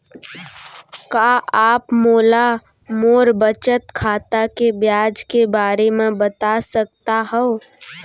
का आप मोला मोर बचत खाता के ब्याज के बारे म बता सकता हव?